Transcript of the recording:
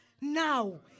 now